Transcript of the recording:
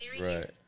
right